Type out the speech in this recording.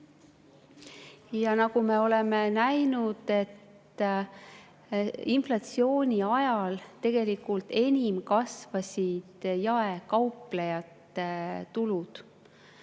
Ja nagu me oleme näinud, kasvasid inflatsiooni ajal tegelikult enim jaekauplejate tulud.